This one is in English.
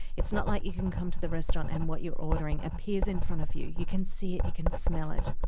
it's not like you can come to the restaurant and what you are ordering appears in front of you. you can see it, you can smell it,